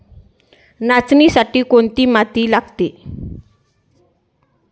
नाचणीसाठी कोणती माती लागते?